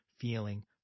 feeling